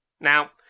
Now